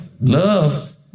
Love